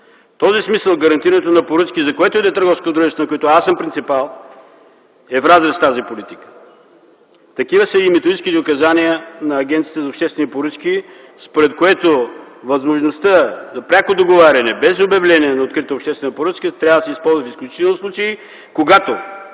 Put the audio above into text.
този смисъл гарантирането на поръчки за което и да е търговско дружество, на което аз съм принципал, е в разрез с тази политика. Такива са и методическите указания на Агенцията за обществени поръчки, според които възможността за пряко договаряне, без обявление на открита обществена поръчка, трябва да се използва в изключителни случаи. Аз като